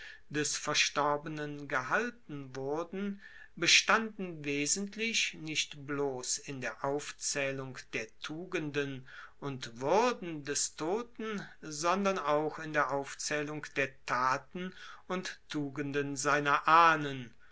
des verstorbenen gehalten wurden bestanden wesentlich nicht bloss in der aufzaehlung der tugenden und wuerden des toten sondern auch in der aufzaehlung der taten und tugenden seiner ahnen